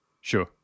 Sure